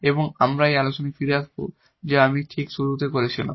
এবং এখন আমরা এখন সেই আলোচনায় ফিরে আসব যা আমি ঠিক আগে শুরু করেছিলাম